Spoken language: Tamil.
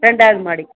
ரெண்டாவது மாடி